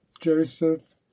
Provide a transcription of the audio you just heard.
joseph